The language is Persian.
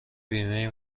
بیمه